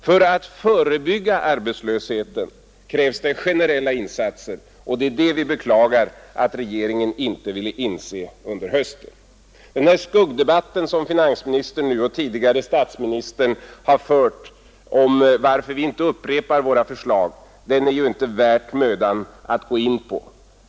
För att förebygga arbetslösheten krävs det generella insatser, och vi beklagar att regeringen inte ville inse det under hösten. Den här skuggdebatten som finansministern nu, och tidigare statsministern, har fört om varför vi inte upprepar våra förslag är det ju inte värt mödan att gå in på.